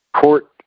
court